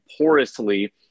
porously